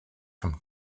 from